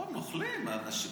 לא, נוכלים, האנשים.